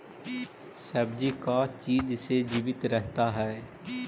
सब्जी का चीज से जीवित रहता है?